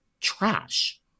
trash